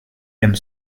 aiment